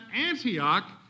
Antioch